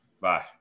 Bye